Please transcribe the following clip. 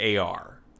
AR